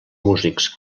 músics